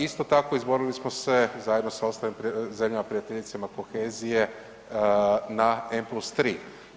Isto tako izborili smo se zajedno sa ostalim zemljama prijateljicama kohezije na M+3.